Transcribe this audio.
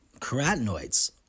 carotenoids